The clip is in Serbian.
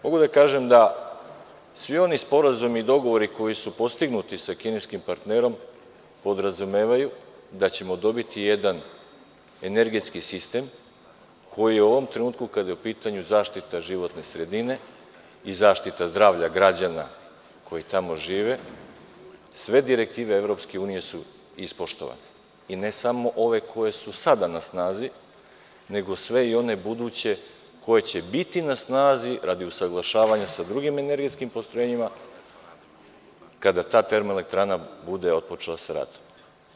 Mogu da kažem da svi oni sporazumi i dogovori koji su postignuti sa kineskim partnerom podrazumevaju da ćemo dobiti jedan energetski sistem koji u ovom trenutku, kada je u pitanju zaštita životne sredine i zaštita zdravlja građana koji tamo žive, sve direktive EU su ispoštovane, i ne samo ove koje su sada na snazi, nego sve, i one buduće koje će biti na snazi, radi usaglašavanja sa drugim energetskim postrojenjima kada ta termoelektrana bude otpočela sa radom.